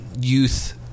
youth